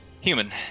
Human